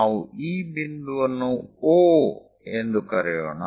ನಾವು ಈ ಬಿಂದುವನ್ನು O ಎಂದು ಕರೆಯೋಣ